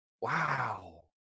wow